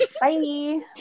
Bye